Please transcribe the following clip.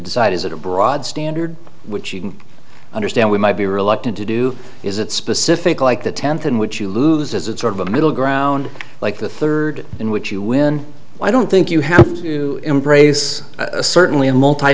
decide is it a broad standard which you can understand we might be reluctant to do is it specific like the tenth in which you lose as it's sort of a middle ground like the third in which you win i don't think you have to embrace certainly a multi